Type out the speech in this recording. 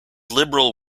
liberal